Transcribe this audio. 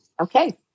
Okay